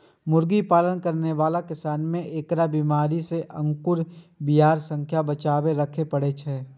मुर्गी पालन करै बला किसान कें एकरा बीमारी सं आ कुकुर, बिलाय सं बचाके राखै पड़ै छै